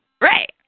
Right